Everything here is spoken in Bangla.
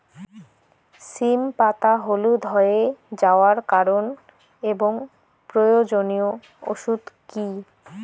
সিম পাতা হলুদ হয়ে যাওয়ার কারণ এবং প্রয়োজনীয় ওষুধ কি?